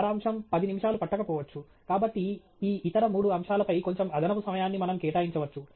సారాంశం పది నిమిషాలు పట్టకపోవచ్చు కాబట్టి ఈ ఇతర మూడు అంశాలపై కొంచెం అదనపు సమయాన్ని మనం కేటాయించవచ్చు